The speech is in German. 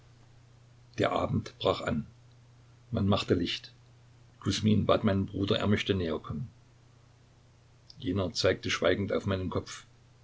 der abend brach an man machte licht kusmin bat meinen bruder er möchte näher kommen jener zeigte schweigend auf meinen kopf